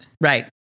Right